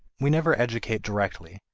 we never educate directly,